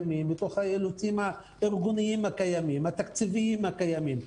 האילוצים הארגוניים והתקציביים הקיימים,